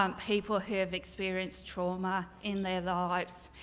um people who have experienced trauma in their lives.